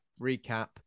recap